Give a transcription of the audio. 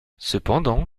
cependant